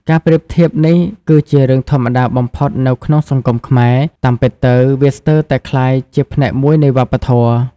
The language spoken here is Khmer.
ការប្រៀបធៀបនេះគឺជារឿងធម្មតាបំផុតនៅក្នុងសង្គមខ្មែរ តាមពិតទៅ វាស្ទើរតែក្លាយជាផ្នែកមួយនៃវប្បធម៌។